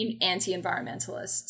anti-environmentalists